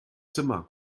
zimmer